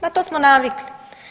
Na to smo navikli.